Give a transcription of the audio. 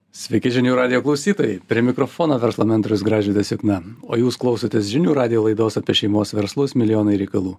sveiki žinių radijo klausytojai prie mikrofono verslo mentorius gražvydas jukna o jūs klausotės žinių radijo laidos apie šeimos verslus milijonai reikalų